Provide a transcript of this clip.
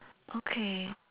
okay